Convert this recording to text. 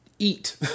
Eat